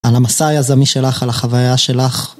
על המסע היזמי שלך, על החוויה שלך